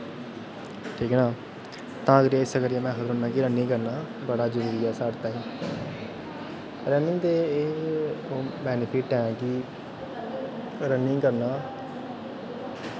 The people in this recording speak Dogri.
ठीक ऐ नां तां करियै इस्सै करियै में रनिंग करना बड़ा जरूरी ऐ साढ़ै ताहीं रनिंग दे बैनिफिट न कि रनिंग करना